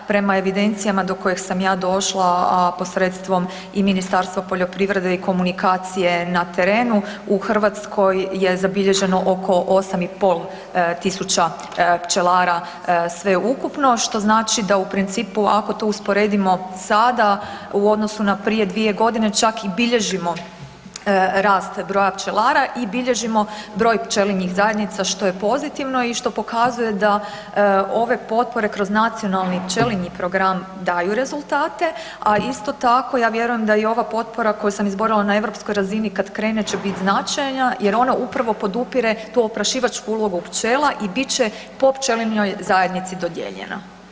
Prema evidencijama do kojih sam ja došla, a posredstvom i Ministarstva poljoprivrede i komunikacije na terenu, u Hrvatskoj je zabilježeno oko 8.500 pčelara sveukupno, što znači da u principu ako to usporedimo sada u odnosnu na prije 2.g. čak i bilježimo rast broja pčelara i bilježimo broj pčelinjih zajednica, što je pozitivno i što pokazuje da ove potpore kroz Nacionalni pčelinji program daju rezultate, a isto tako ja vjerujem da i ova potpora koju sam izborila na europskoj razini kad krene će bit značajna jer ona upravo podupire tu oprašivačku ulogu pčela i bit će po pčelinjoj zajednici dodijeljena.